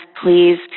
please